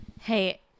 Hey